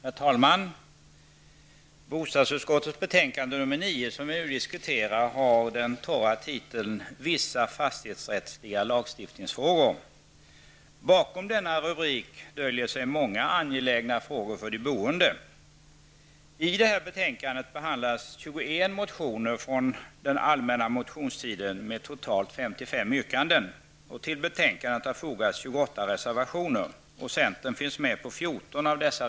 Herr talman! Bostadsutskottets betänkande nr. 9, som vi nu diskuterar, har den torra titeln ''Vissa fastighetsrättsliga lagstiftningsfrågor''. Bakom denna rubrik döljer sig många angelägna frågor för de boende. I betänkandet behandlas 21 motioner från den allmänna motionstiden med totalt 55 Till betänkandet har fordrats 28 reservationer. Centern finns med på 14 av dessa.